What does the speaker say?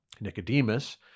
Nicodemus